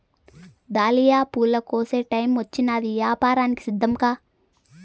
dahlia పూల కోసే టైమొచ్చినాది, యాపారానికి సిద్ధంకా